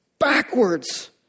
backwards